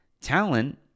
talent